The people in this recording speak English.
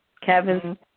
Kevin